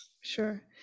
sure